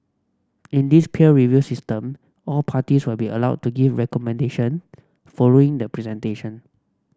in this peer review system all parties will be allowed to give recommendation following the presentation